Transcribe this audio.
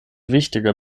wichtiger